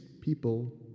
people